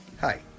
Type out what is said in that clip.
Hi